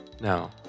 No